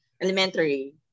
elementary